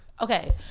Okay